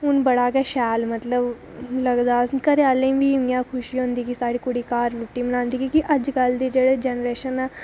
हून बड़ा गै शैल मतलब लगदा ते घरें आह्लें गी बी इं'या खुशी होंदी की कुड़ी घर रुट्टी बनांदी की के अज्ज दी जेह्ड़ी जनरेशन ऐ